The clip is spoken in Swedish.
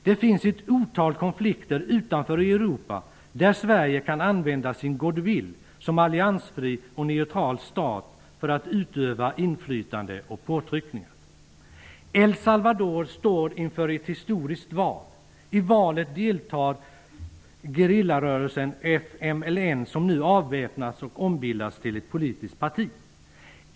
Det finns ett otal konflikter utanför Europa där Sverige kan använda sin goodwill som alliansfri och neutral stat för att utöva inflytande och påtryckningar. El Salvador står inför ett historiskt val. I valet deltar gerillarörelsen FMLN, som nu avväpnats och ombildats till ett politiskt parti.